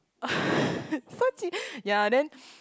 ya then